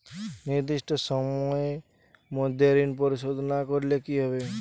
নির্দিষ্ট সময়ে মধ্যে ঋণ পরিশোধ না করলে কি হবে?